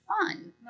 fun